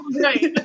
right